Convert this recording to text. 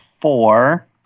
four